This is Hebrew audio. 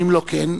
שאם לא כן,